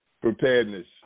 Preparedness